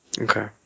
Okay